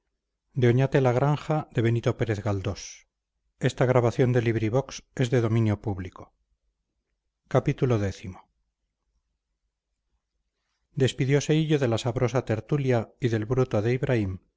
despidiose hillo de la sabrosa tertulia y del bruto de ibraim